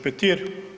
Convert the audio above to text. Petir.